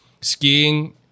skiing